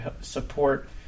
support